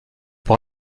pour